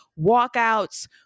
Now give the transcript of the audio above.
walkouts